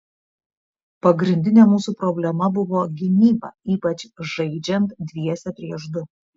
pagrindinė mūsų problema buvo gynyba ypač žaidžiant dviese prieš du